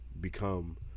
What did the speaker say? become